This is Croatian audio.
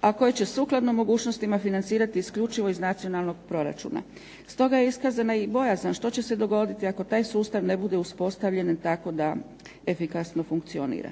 a koje će sukladno mogućnostima financirati isključivo iz nacionalnog proračuna. Stoga je iskazana i bojazan što će se dogoditi ako taj sustav ne bude uspostavljen tako da efikasno funkcionira.